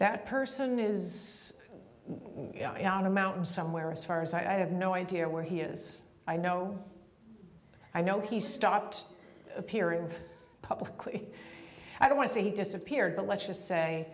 that person is on a mountain somewhere as far as i have no idea where he is i know i know he stopped appearing publicly i don't want to say he disappeared but let's just say